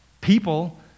people